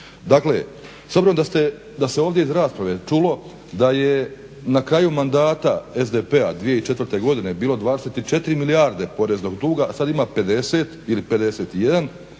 Dakle, s obzirom da se ovdje iz rasprave čulo da je na kraju mandata SDP-a 2004. godine bilo 24 milijarde poreznog duga, a sada ima 50 ili 51 rekao